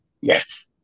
Yes